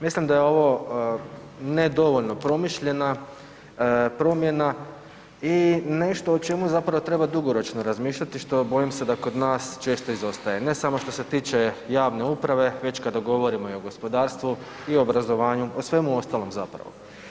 Mislim da je ovo nedovoljno promišljena promjena i nešto o čemu zapravo treba dugoročno razmišljati što bojim se da kod nas često izostaje, ne samo što se tiče javne uprave, već kada govorimo i o gospodarstvu i o obrazovanju i o svemu ostalom zapravo.